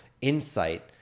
insight